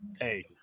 hey